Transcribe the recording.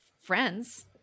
friends